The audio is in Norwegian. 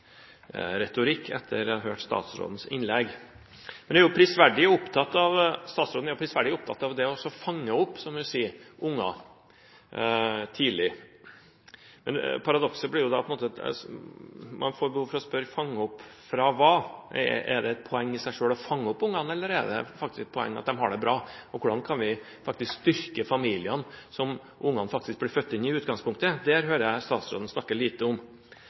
etter å ha hørt statsrådens innlegg. Statsråden er prisverdig opptatt av det å fange opp, som hun sier, unger tidlig, men man får jo behov for å spørre: fange opp fra hva? Er det et poeng i seg selv å fange opp ungene, eller er det et poeng at de har det bra? Hvordan kan vi styrke familiene som ungene blir født inn i, i utgangspunktet? Det hører jeg statsråden snakke lite om.